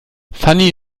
fanny